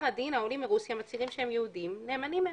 הדין העולים מרוסיה המצהירים שהם יהודים נאמנים הם'.